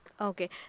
Okay